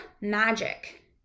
magic